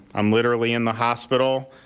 um literally in the hospital,